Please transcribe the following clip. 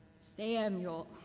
Samuel